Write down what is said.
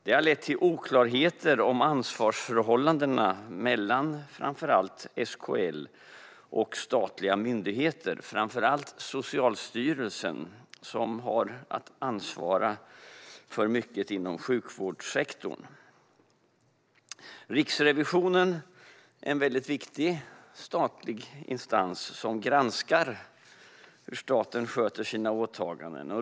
Det har lett till oklarheter om ansvarsförhållandena mellan framför allt SKL och statliga myndigheter, framför allt Socialstyrelsen, som har att ansvara för mycket inom sjukvårdssektorn. Riksrevisionen är en mycket viktig statlig instans som granskar hur staten sköter sina åtaganden.